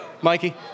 Mikey